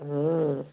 হুম